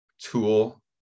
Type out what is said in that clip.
Tool